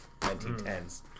1910s